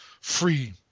free